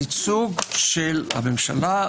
הייצוג של הממשלה,